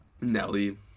Nelly